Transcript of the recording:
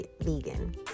vegan